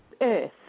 earth